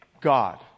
God